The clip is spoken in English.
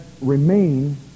remain